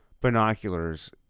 binoculars